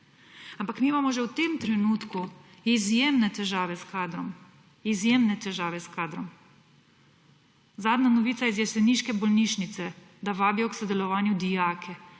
Ampak mi imamo že v tem trenutku izjemne težave s kadrom. Izjemne težave s kadrom. Zadnja novica iz jeseniške bolnišnice, da vabijo k sodelovanju dijake.